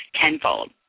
tenfold